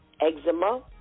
eczema